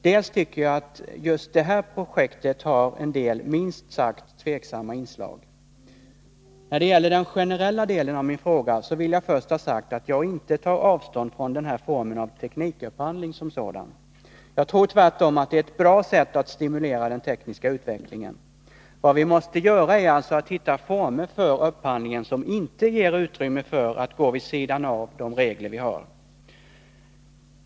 Dels tycker jag att just det här projektet har en del minst sagt tveksamma inslag. När det gäller den generella delen av min fråga, vill jag först ha sagt att jag inte tar avstånd från den här formen av teknikupphandling som sådan. Jag tror tvärtom att det är ett bra sätt att stimulera den tekniska utvecklingen. Vad vi måste göra är alltså att hitta former för upphandlingen som inte ger utrymme för att gå vid sidan av de regler vi har.